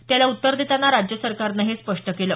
त्याला उत्तर देताना राज्य सरकारनं हे स्पष्ट केलं